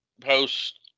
post